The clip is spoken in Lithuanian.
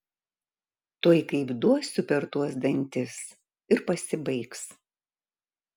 tuoj kaip duosiu per tuos dantis ir pasibaigs